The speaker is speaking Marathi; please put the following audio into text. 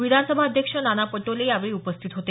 विधानसभा अध्यक्ष नाना पटोले यावेळी उपस्थित होते